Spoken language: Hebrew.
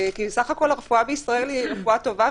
סך הכול הרפואה בישראל היא טובה,